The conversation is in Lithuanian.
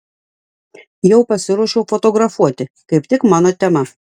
jau pasiruošiau fotografuoti kaip tik mano tema